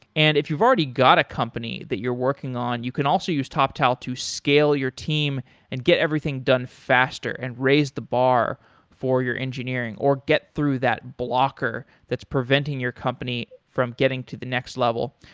and if you've already got a company that you're working on, you can also use toptal to scale your team and get everything done faster and raise the bar for your engineering or get through that blocker that's preventing your company from getting to the next level.